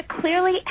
clearly